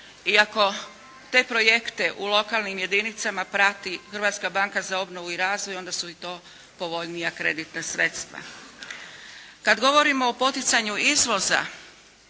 iako te projekte u lokanim jedinicama prati Hrvatska banka za obnovu i razvoj, onda su i to povoljnija kreditna sredstva. Kada govorimo o poticanju izvoza,